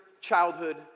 childhood